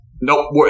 nope